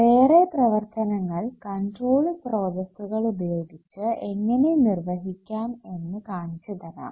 വേറെ പ്രവർത്തനങ്ങൾ കൺട്രോൾ സ്രോതസ്സുകൾ ഉപയോഗിച്ച് എങ്ങനെ നിർവ്വഹിക്കാം എന്ന് കാണിച്ചു തരാം